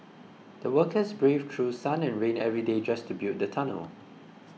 the workers braved through sun and rain every day just to build the tunnel